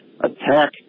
Attack